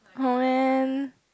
oh man